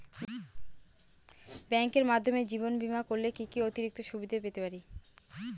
ব্যাংকের মাধ্যমে জীবন বীমা করলে কি কি অতিরিক্ত সুবিধে পেতে পারি?